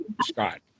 Scott